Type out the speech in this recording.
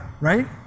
right